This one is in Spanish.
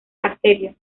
arteria